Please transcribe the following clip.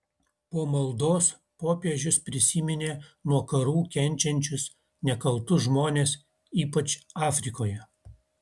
po maldos popiežius prisiminė nuo karų kenčiančius nekaltus žmones ypač afrikoje